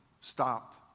stop